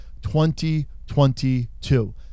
2022